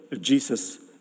Jesus